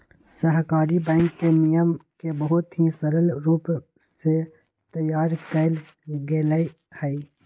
सहकारी बैंक के नियम के बहुत ही सरल रूप से तैयार कइल गैले हई